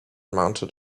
mounted